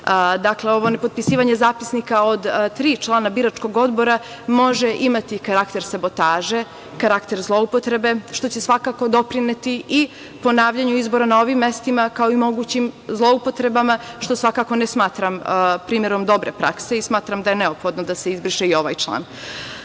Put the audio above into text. dakle, ovo ne potpisivanje zapisnika od tri člana biračkog odbora može imati karakter sabotaže, karakter zloupotrebe, što će svakako doprineti i ponavljanju izbora na ovim mestima, kao i mogućim zloupotrebama, što svakako ne smatram primerom dobre prakse i smatram da je neophodno da se izbriše i ovaj član. Kod